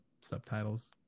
subtitles